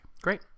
Great